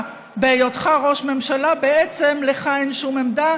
בהיותך ראש הממשלה בעצם לך אין שום עמדה,